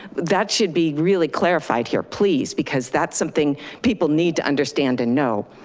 that should be really clarified here, please, because that's something people need to understand and know.